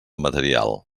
material